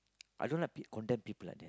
I don't like peo~ condemn people like that